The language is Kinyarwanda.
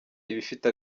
ibifite